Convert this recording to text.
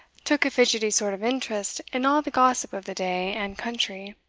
took a fidgety sort of interest in all the gossip of the day and country.